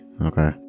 Okay